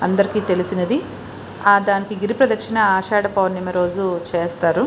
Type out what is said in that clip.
అందరికీ తెలిసినది దానికి గిరి ప్రదక్షణ ఆషాడ పౌర్ణమి రోజు చేస్తారు